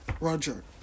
Roger